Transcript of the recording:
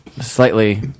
slightly